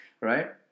right